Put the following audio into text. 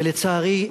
ולצערי,